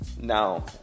Now